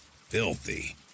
filthy